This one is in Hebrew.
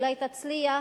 אולי תצליח,